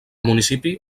municipi